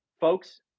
Folks